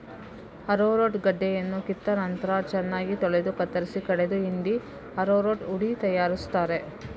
arrowroot ಗಡ್ಡೆಯನ್ನ ಕಿತ್ತ ನಂತ್ರ ಚೆನ್ನಾಗಿ ತೊಳೆದು ಕತ್ತರಿಸಿ ಕಡೆದು ಹಿಂಡಿ ಅರರೂಟ್ ಹುಡಿ ತಯಾರಿಸ್ತಾರೆ